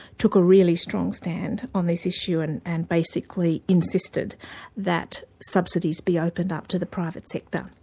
took a really strong stand on this issue and and basically insisted that subsidies be opened up to the private sector.